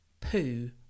poo